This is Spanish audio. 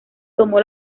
tomó